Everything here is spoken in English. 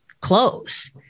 close